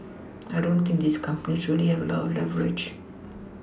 I don't think these companies really have a lot of leverage